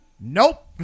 Nope